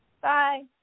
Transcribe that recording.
bye